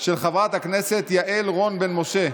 של חברת הכנסת יעל רון בן משה.